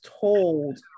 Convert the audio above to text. told